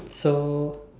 so